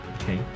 okay